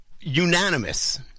unanimous